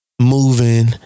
moving